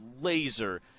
laser